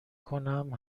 کنم